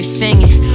singing